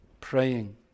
praying